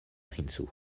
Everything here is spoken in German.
hinzu